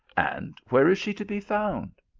and where is she to be found?